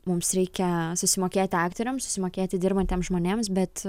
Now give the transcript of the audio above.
mums reikia susimokėti aktoriams susimokėti dirbantiems žmonėms bet